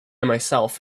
myself